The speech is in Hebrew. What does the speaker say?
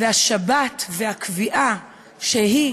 והשבת, והקביעה שהיא